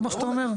מה שאתה אומר.